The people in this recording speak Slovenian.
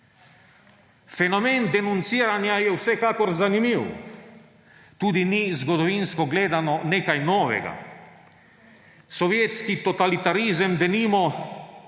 Fenomen denunciranja je vsekakor zanimiv, tudi ni, zgodovinsko gledano, nekaj novega. Sovjetski totalitarizem denimo